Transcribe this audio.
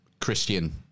Christian